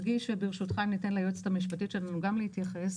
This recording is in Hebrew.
ברשותך, ניתן ליועצת המשפטית שלנו גם להתייחס.